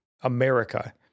America